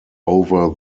over